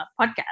podcast